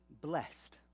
blessed